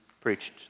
preached